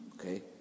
Okay